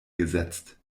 gesetzt